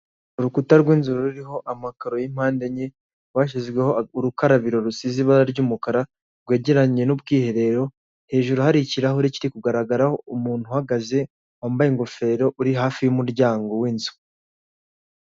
Urukuta rw'inzu ruriho amakaro y'impande enye, rwashyizweho urukarabiro rusize ibara ry'umukara rwegeranye n'ubwiherero, hejuru hari ikirahure kiri kugaragaraho umuntu uhagaze, wambaye ingofero, uri hafi y'umuryango w'inzu.